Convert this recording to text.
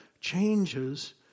changes